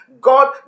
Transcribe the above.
God